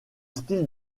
style